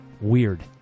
weird